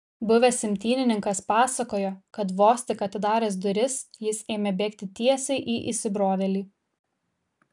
buvęs imtynininkas pasakojo kad vos tik atidaręs duris jis ėmė bėgti tiesiai į įsibrovėlį